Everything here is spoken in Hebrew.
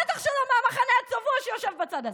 בטח שלא מהמחנה הצבוע שיושב בצד הזה.